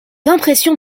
impressions